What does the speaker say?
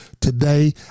today